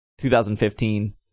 2015